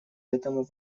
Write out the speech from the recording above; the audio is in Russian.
этому